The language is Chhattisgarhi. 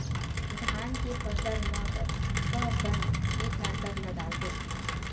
धान के फसल मा कतका कन कीटनाशक ला डलबो?